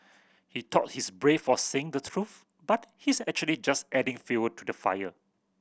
he thought he's brave for saying the truth but he's actually just adding fuel to the fire